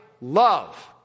love